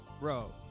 bro